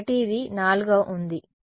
కాబట్టి ఇది 4 ఉంది